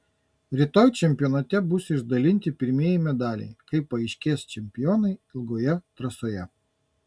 rytoj čempionate bus išdalinti pirmieji medaliai kai paaiškės čempionai ilgoje trasoje